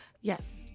Yes